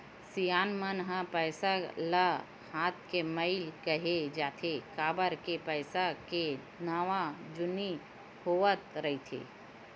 सियान मन ह पइसा ल हाथ के मइल केहें जाथे, काबर के पइसा के नवा जुनी होवत रहिथे